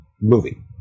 movie